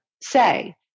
say